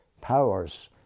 powers